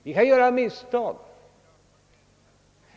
Vi kan göra misstag.